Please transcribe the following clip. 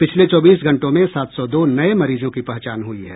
पिछले चौबीस घंटों में सात सौ दो नये मरीजों की पहचान हई है